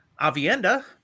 Avienda